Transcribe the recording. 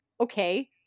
Okay